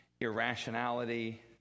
irrationality